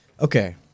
Okay